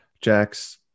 Jax